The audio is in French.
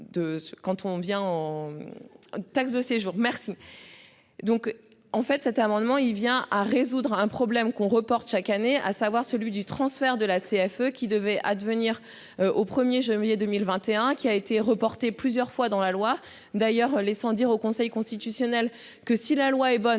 De ce vient on. Taxe de séjour. Merci. Donc en fait, cet amendement il vient à résoudre un problème qu'on reporte. Chaque année, à savoir celui du transfert de la CFE-qui devait advenir au 1er janvier 2021 qui a été reportée plusieurs fois dans la loi d'ailleurs les sans dire au Conseil constitutionnel, que si la loi est bonne,